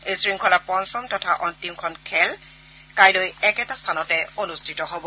এই শৃংখলাৰ পঞ্চম তথা অন্তিমখন খেল কাইলৈ একেটা স্থানতে অনুষ্ঠিত হ'ব